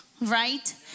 right